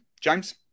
James